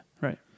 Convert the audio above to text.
Right